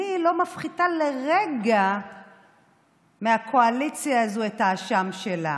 אני לא מפחיתה לרגע מהקואליציה הזאת את האשם שלה.